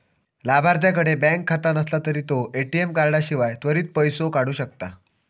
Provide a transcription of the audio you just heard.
लाभार्थ्याकडे बँक खाता नसला तरी तो ए.टी.एम कार्डाशिवाय त्वरित पैसो काढू शकता